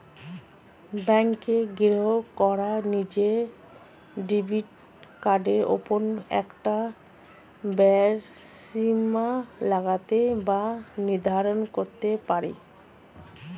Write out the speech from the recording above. ব্যাঙ্কের গ্রাহকরা নিজের ডেবিট কার্ডের ওপর একটা ব্যয়ের সীমা লাগাতে বা নির্ধারণ করতে পারে